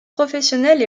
professionnelle